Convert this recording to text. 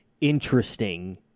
interesting